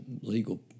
legal